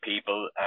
people